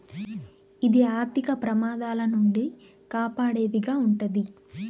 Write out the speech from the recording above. ఇది ఆర్థిక ప్రమాదాల నుండి కాపాడేది గా ఉంటది